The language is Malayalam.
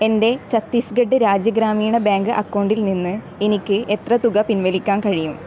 എൻ്റെ ഛത്തീസ്ഗഡ് രാജ്യ ഗ്രാമീണ ബാങ്ക് അക്കൗണ്ടിൽ നിന്ന് എനിക്ക് എത്ര തുക പിൻവലിക്കാൻ കഴിയും